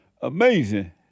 Amazing